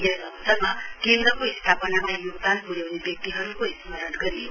यस अवसरमा केन्द्रको स्थापनामा योगदान प्र्याउने व्यक्तिहरूको स्मरण गरियो